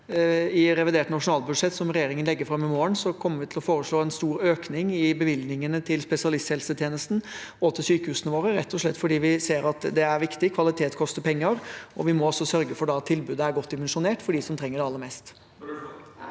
I revidert nasjonalbudsjett, som regjeringen legger fram i morgen, kommer vi til å foreslå en stor økning i bevilgningene til spesialisthelsetjenesten og til sykehusene våre, rett og slett fordi vi ser at det er viktig. Kvalitet koster penger, og vi må sørge for at tilbudet er godt dimensjonert for dem som trenger det aller mest.